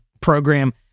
program